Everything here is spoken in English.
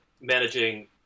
managing